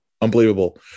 unbelievable